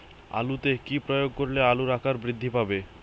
আলুতে কি প্রয়োগ করলে আলুর আকার বৃদ্ধি পাবে?